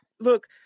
look